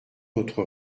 notre